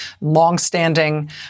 longstanding